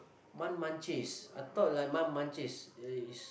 I thought like uh is